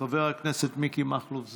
חבר הכנסת מיקי מכלוף זוהר,